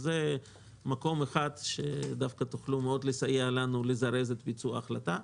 זה מקום אחד שדווקא תוכלו לסייע לנו מאוד לזרז את ביצוע ההחלטה.